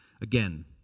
Again